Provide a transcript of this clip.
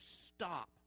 stop